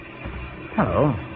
Hello